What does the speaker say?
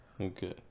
Okay